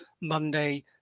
Monday